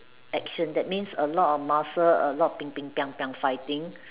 action that means a lot of muscle a lot of fighting